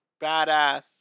badass